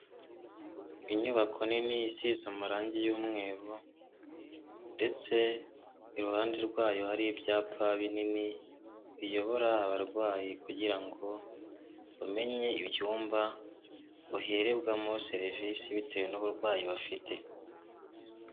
Inyubako nini isise amarangi y'umweru ndetse iruhande rwayo hari ibyapa binini biyobora abarwayi kugira ngo bamenye ibyumba baherebwamo serivisi bitewe n'uburwayi bafite.